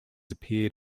appeared